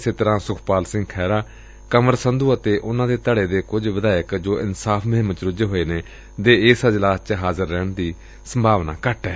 ਇਸੇ ਤਰਾ ਸੁਖਪਾਲ ਖਹਿਰਾ ਕੰਵਰ ਸੰਧੁ ਅਤੇ ਉਨਾ ਦੇ ਧੜੇ ਦੇ ਕੁਝ ਵਿਧਾਇਕ ਜੋ ਇਨਸਾਫ਼ ਮੁਹਿੰਮ ਚ ਰੁਝੇ ਹੋਏ ਨੇ ਦੇ ਇਸ ਅਜਲਾਸ ਚ ਹਾਜ਼ਰ ਰਹਿਣ ਦੀ ਸੰਭਾਵਨਾ ਘੱਟ ਏ